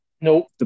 nope